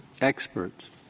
Experts